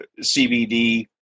CBD